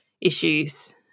issues